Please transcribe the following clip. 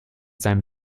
seinem